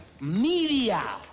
media